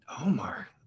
Omar